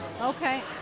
Okay